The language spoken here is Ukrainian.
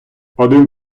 один